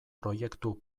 proiektu